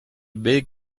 big